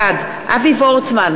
בעד אבי וורצמן,